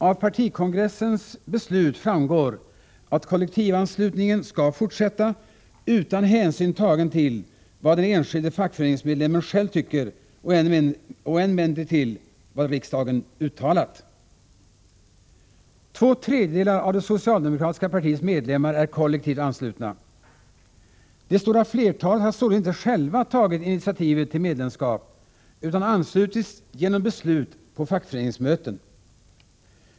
Av partikongressens beslut framgår att kollektivanslutningen skall fortsätta, utan hänsyn tagen till vad den enskilde fackföreningsmedlemmen tycker och än mindre till vad riksdagen uttalat. Två tredjedelar av det socialdemokratiska partiets medlemmar är kollektivt anslutna. Det stora flertalet har således inte själva tagit initiativet till medlemskap utan anslutits genom beslut på fackföreningsmöten.